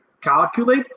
calculate